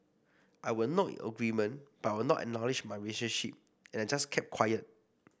I would nod in agreement but I would not acknowledge my relationship and I just kept quiet